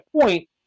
point